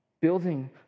building